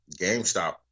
GameStop